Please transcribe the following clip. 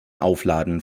aufladen